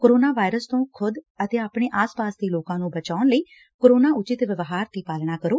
corona virus ਤੋਂ ਖੁਦ ਅਤੇ ਆਪਣੇ ਆਸੇ ਪਾਸ ਦੇ ਲੋਕਾਂ ਨੂੰ ਬਚਾਉਣ ਲਈ ਕੋਰੋਨਾ ਉਚਿਤ ਵਿਵਹਾਰ ਦੀ ਪਾਲਣਾ ਕਰੋ